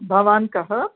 भवान् कः